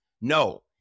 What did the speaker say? No